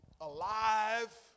alive